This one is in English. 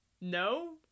no